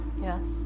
Yes